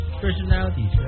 personalities